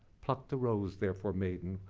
pluck the rose, therefore, maiden,